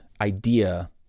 idea